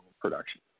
production